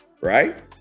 right